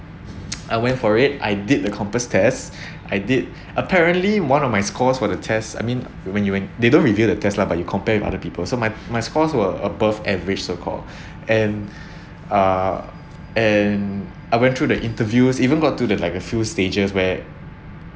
I went for it I did the compass test I did apparently one of my scores for the test I mean when you went they don't reveal the test lah but you compare it with other people so my my scores were above average so called and uh and I went through the interviews even got to like a few stages where